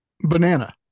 banana